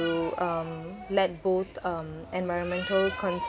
um let both um environmental con~